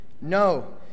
No